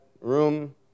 room